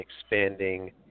expanding